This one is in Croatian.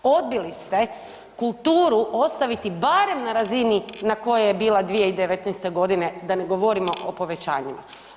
Odbili ste kulturu ostaviti barem na razini na koje je bila 2019. g., da ne govorimo o povećanjima.